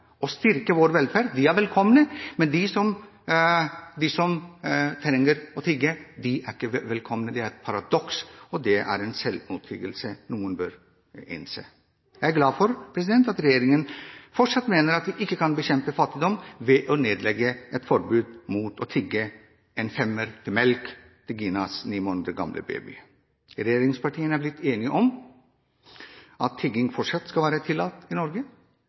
og styrke vår velferd, er velkomne, men de som trenger å tigge, er ikke velkomne. Det er et paradoks, det er en selvmotsigelse noen bør innse. Jeg er glad for at regjeringen fortsatt mener at vi ikke kan bekjempe fattigdom ved å nedlegge et forbud mot å tigge en femmer til melk til Ginas ni måneder gamle baby. Regjeringspartiene har blitt enige om at tigging fortsatt skal være tillatt i Norge,